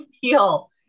feel